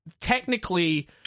technically